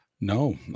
No